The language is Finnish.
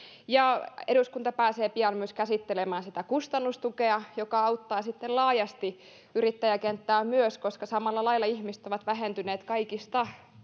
eduskunta pääsee pian myös käsittelemään sitä kustannustukea joka auttaa sitten laajasti yrittäjäkenttää myös koska samalla lailla asiakkaat ovat vähentyneet kaikista